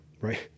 right